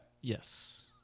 Yes